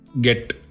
get